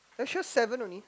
are you sure seven only